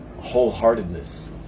wholeheartedness